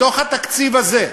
בתוך התקציב הזה,